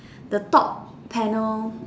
the top panel